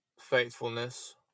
faithfulness